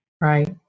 Right